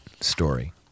story